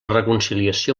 reconciliació